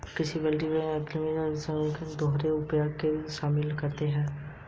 कृषि वोल्टेइक में agrivoltaic agro photovoltaic agrisol या दोहरे उपयोग वाले सौर शामिल है